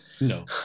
No